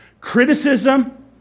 Criticism